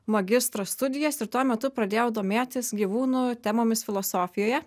magistro studijas ir tuo metu pradėjau domėtis gyvūnų temomis filosofijoje